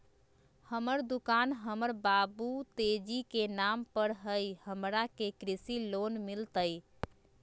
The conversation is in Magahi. हमर दुकान हमर बाबु तेजी के नाम पर हई, हमरा के कृषि लोन मिलतई?